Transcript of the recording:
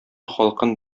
халкын